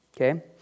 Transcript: okay